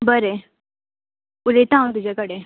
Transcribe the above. बरें उलयता हांव तुज्या कडेन